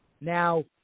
now